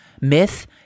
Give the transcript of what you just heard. myth